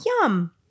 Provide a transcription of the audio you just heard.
Yum